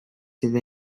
sydd